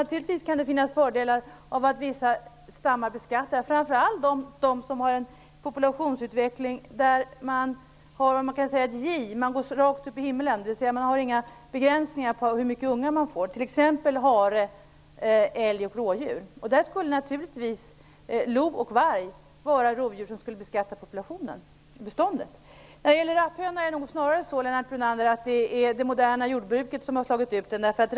Jag tror att en beskattning av vissa stammar kan ge fördelar, framför allt de med en populationsutveckling som går rakt uppåt, eftersom det inte finns någon begränsning för antalet ungar. Det gäller t.ex. för hare, älg och rådjur. Lo och varg skulle kunna svara för en beskattning av sådana bestånd. När det gäller rapphönor är det nog snarare så, Lennart Brunander, att de har slagits ut av det moderna jordbruket.